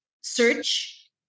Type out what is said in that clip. search